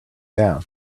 down